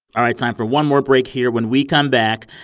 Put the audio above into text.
all right, time for one more break here. when we come back,